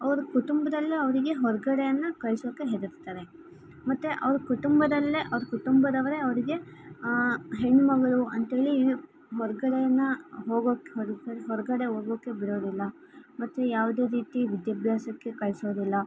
ಅವ್ರ ಕುಂಟುಂಬದಲ್ಲೇ ಅವರಿಗೆ ಹೊರಗಡೆಯನ್ನ ಕಳಿಸೋಕೆ ಹೆದರ್ತಾರೆ ಮತ್ತು ಅವ್ರ ಕುಟುಂಬದಲ್ಲೇ ಅವ್ರ ಕುಟುಂಬದವರೆ ಅವ್ರಿಗೆ ಹೆಣ್ಮಗಳು ಅಂತೇಳಿ ಹೊರಗಡೆನ ಹೋಗೋಕ್ಕೆ ಹೊರ್ಗಡೆ ಹೊರಗಡೆ ಹೋಗೋಕೆ ಬಿಡೋದಿಲ್ಲ ಮತ್ತು ಯಾವುದೇ ರೀತಿ ವಿದ್ಯಾಭ್ಯಾಸಕ್ಕೆ ಕಳಿಸೋದಿಲ್ಲ